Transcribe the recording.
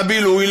לבילוי,